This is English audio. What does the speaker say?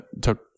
took